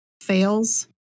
fails